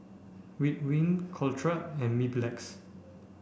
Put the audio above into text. Ridwind Caltrate and Mepilex